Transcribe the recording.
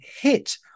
hit